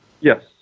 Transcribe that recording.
Yes